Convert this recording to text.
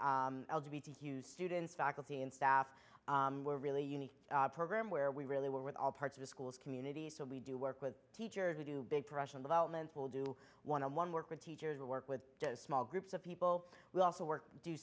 students faculty and staff were really unique program where we really were with all parts of the school's community so we do work with teachers who do big professional development will do one on one work with teachers who work with small groups of people who also work do